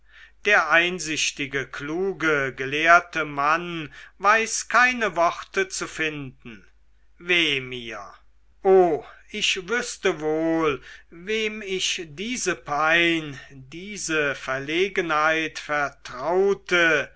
der einsichtige kluge gelehrte mann weiß keine worte zu finden weh mir o ich wüßte wohl wem ich diese pein diese verlegenheit vertraute